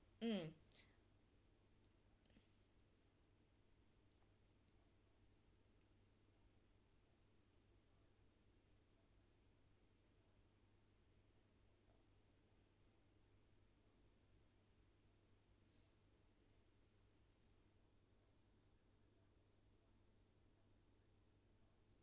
mm